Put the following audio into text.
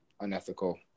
unethical